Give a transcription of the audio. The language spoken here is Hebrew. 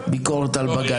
ביקורת על בג"ץ.